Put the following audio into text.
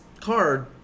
card